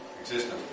existence